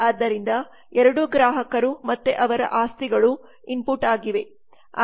ಆದ್ದರಿಂದ ಎರಡೂ ಗ್ರಾಹಕರು ಮತ್ತೆ ಅವರ ಆಸ್ತಿಗಳು ಇನ್ಪುಟ್ ಆಗಿವೆ